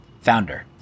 founder